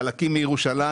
חלקים מירושלים,